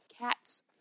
cats